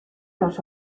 los